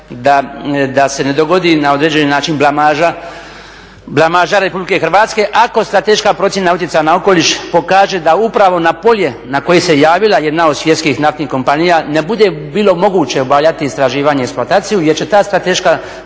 da se ne dogodi na određen način blamaža RH ako strateška procjena utjecaja na okoliš pokaže da upravo na polje na koje se javila jedna od svjetskih naftnih kompanija ne bude bilo moguće obavljati istraživanje i eksploataciju jer će ta strateška